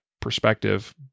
perspective